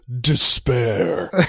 despair